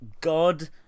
God